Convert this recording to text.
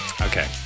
Okay